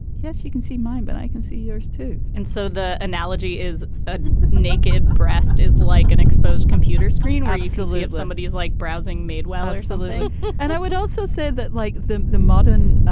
yes, you can see mine, but i can see yours too and so the analogy is the ah naked breast is like an exposed computer screen where and you still see it. somebody is like browsing made wild or something and i would also say that like the the modern,